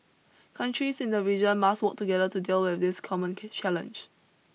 countries in the region must work together to deal with this common challenge